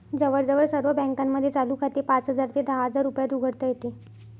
जवळजवळ सर्व बँकांमध्ये चालू खाते पाच हजार ते दहा हजार रुपयात उघडता येते